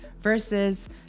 versus